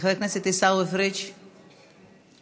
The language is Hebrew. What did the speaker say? חבר הכנסת עיסאווי פריג' מדבר.